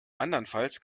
andernfalls